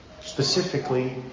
specifically